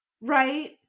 right